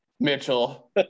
mitchell